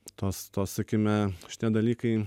tos to sakykime šitie dalykai